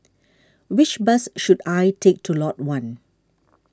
which bus should I take to Lot one